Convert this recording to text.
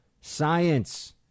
science